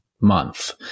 month